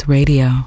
Radio